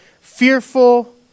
fearful